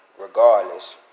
regardless